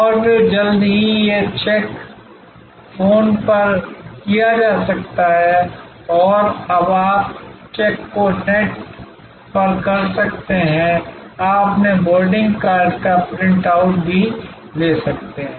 और फिर जल्द ही ये चेक फोन पर किया जा सकता है और अब आप चेक को नेट पर कर सकते हैं आप अपने बोर्डिंग कार्ड का प्रिंट आउट भी ले सकते हैं